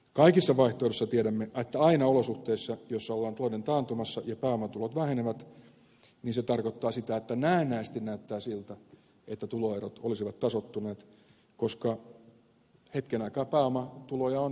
kaikissa vaihtoehdoissa tiedämme että aina olosuhteet joissa ollaan talouden taantumassa ja pääomatulot vähenevät tarkoittavat sitä että näennäisesti näyttää siltä että tuloerot olisivat tasoittuneet koska hetken aikaa pääomatuloja on vähemmän